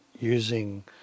using